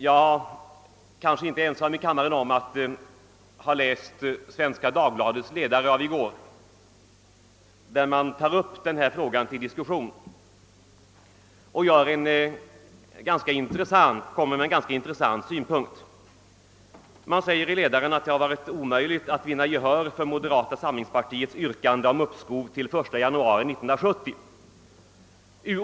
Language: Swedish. Jag kanske inte är ensam i kammaren om att ha läst Svenska Dagbladets ledare i går, där man tog upp denna fråga till diskussion och lade fram en ganska intressant synpunkt. Man sade i ledaren att det varit omöjligt att vinna gehör för moderata samlingspartiets yrkande om uppskov till den 1 januari 1970.